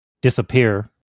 disappear